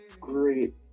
great